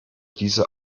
diese